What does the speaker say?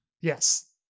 Yes